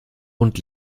und